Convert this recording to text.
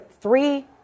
three